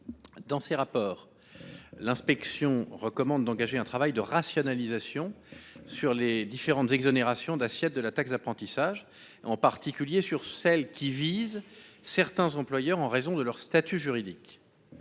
Dans ce rapport, les inspections recommandent d’engager un travail de rationalisation des exonérations d’assiette de la taxe d’apprentissage, en particulier celles qui visent certains employeurs en raison de leur statut juridique.